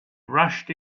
rushed